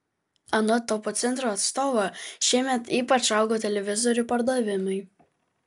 anot topo centro atstovo šiemet ypač augo televizorių pardavimai